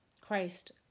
Christ